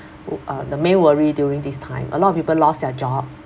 u~ uh the main worry during this time a lot of people lost their job